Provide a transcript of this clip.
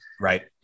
right